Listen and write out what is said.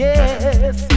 Yes